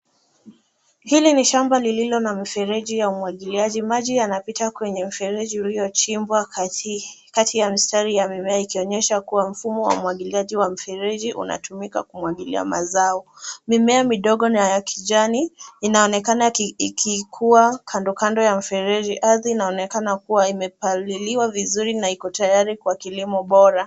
Hili ni shamba lililo na mfereji ya umwagiliaji maji yanapita kwenye mfereji uliochimbwa katikati ya mistari ya mimea ikionyesha kuwa mfumo wa umwagiliaji wa mfereji unatumika kumwagilia mazao. Mimea midogo na ya kijani inaonekana ikikuwa kandokando ya mfereji. Ardhi inaonekana kuwa imepaliliwa vizuri na iko tayari kwa kilimo bora.